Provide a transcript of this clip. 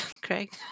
Craig